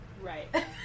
Right